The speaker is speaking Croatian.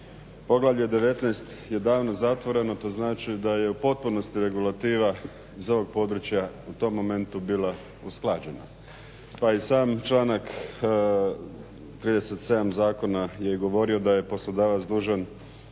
Poglavlje 19. je davno zatvoreno. To znači da je u potpunosti regulativa iz ovog područja u tom momentu bila usklađena. Pa i sam članak 37. zakona je govorio da je poslodavac dužan